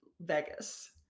Vegas